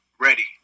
ready